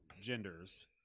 genders